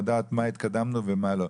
אני רוצה לדעת במה התקדמנו ובמה לא.